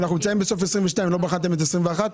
בסוף 22'. לא בחנתם את 21'?